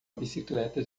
bicicleta